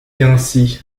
ainsi